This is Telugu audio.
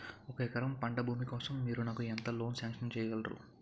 ఒక ఎకరం పంట భూమి కోసం మీరు నాకు ఎంత లోన్ సాంక్షన్ చేయగలరు?